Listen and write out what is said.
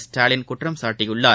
ஸ்டாலின் குற்றம் சாட்டியுள்ளார்